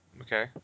okay